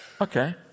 okay